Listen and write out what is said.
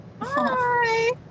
Hi